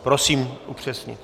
Prosím upřesnit.